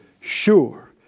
Sure